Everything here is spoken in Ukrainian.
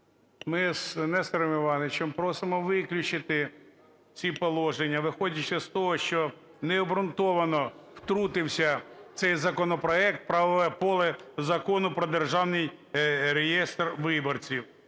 Ми з Нестором Івановичем просимо виключити ці положення, виходячи з того, що необґрунтовано втрутився цей законопроект в правове поле Закону "Про Державний реєстр виборців",